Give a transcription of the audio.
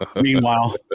Meanwhile